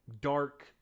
dark